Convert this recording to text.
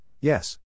yes